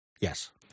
Yes